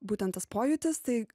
būtent tas pojūtis tai